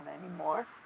anymore